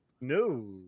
No